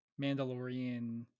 Mandalorian